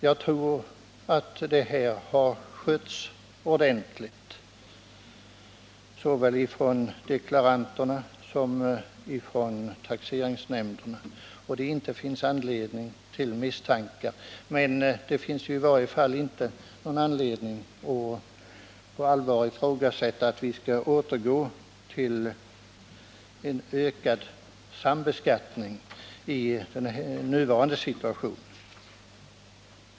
Jag tror att det system vi nu har tillämpas på rätt sätt såväl av deklaranterna som av taxeringsnämnderna och att det inte finns skäl för några misstankar. Därför finns det inte heller anledning att på allvar ifrågasätta att vi i nuvarande situation skall återgå till en ökad sambeskattning.